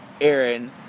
Aaron